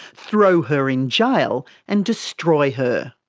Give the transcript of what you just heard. throw her in jail and destroy her.